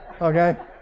Okay